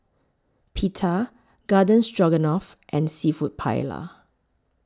Pita Garden Stroganoff and Seafood Paella